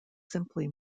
simply